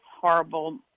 horrible